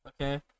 okay